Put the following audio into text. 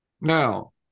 Now